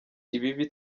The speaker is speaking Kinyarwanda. ibibi